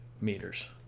meters